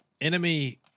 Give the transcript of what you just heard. enemy